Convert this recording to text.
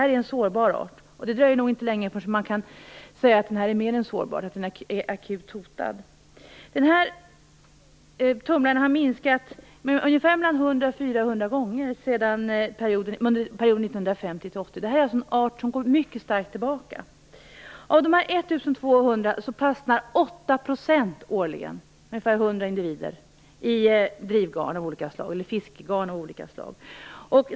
Det är en sårbar art, och det dröjer nog inte länge innan man kan säga att den inte bara är sårbar, utan akut hotad. 400 gånger under perioden 1950-1980. Det är alltså fråga om en art som går mycket starkt tillbaka. Av de 1 200 individerna fastnar 8 %, ungefär 100 individer, årligen i fiskgarn av olika slag.